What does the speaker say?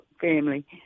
family –